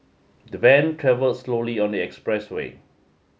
the van travelled slowly on the expressway